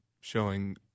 showing